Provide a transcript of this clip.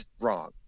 wrong